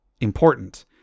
Important